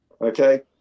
Okay